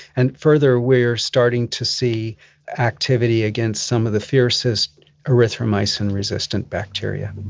and further we are starting to see activity against some of the fiercest erythromycin-resistant bacteria.